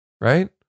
right